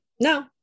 No